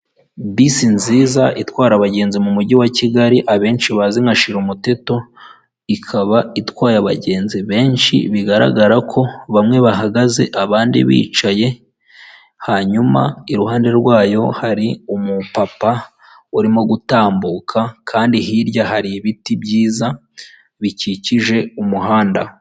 Bisi nziza itwara abagenzi mu mujyi wa Kigali abenshi bazi nka shira umuteto ikaba itwaye abagenzi benshi bigaragara ko bamwe bahagaze abandi bicaye hanyuma iruhande rwayo hari umupapa urimo gutambuka kandi hirya hari ibiti byiza bikikije umuhanda .